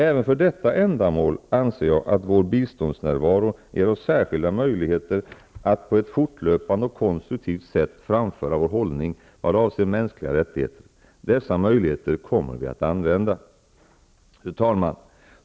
Även för detta ändamål anser jag att vår biståndsnärvaro ger oss särskilda möjligheter att på ett fortlöpande och konstruktivt sätt framföra vår hållning vad avser mänskliga rättigheter. Dessa möjligheter kommer vi att använda. Fru talman!